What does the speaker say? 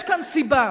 יש כאן סיבה.